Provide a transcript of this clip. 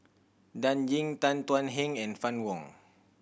Dan Ying Tan Thuan Heng and Fann Wong